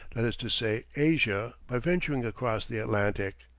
that is to say asia, by venturing across the atlantic.